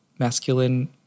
masculine